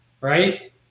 Right